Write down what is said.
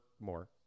more